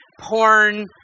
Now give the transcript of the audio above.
porn